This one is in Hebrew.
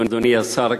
אדוני השר,